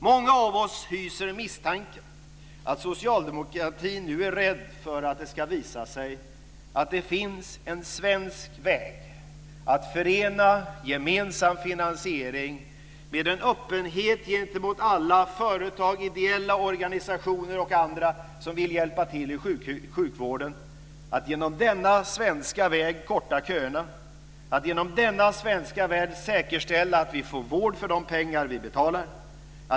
Många av oss hyser misstanken att socialdemokraterna nu är rädda för att det ska visa sig att det finns en svensk väg att förena gemensam finansiering med en öppenhet gentemot alla - företag, ideella organisationer och andra - som vill hjälpa till i sjukvården. Genom denna svenska väg kan vi korta köerna, och genom denna svenska väg kan vi säkerställa att vi får vård för de pengar vi betalar.